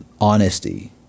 honesty